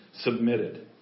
submitted